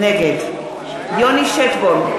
נגד יוני שטבון,